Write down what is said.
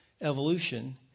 evolution